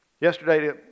Yesterday